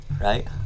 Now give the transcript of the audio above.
Right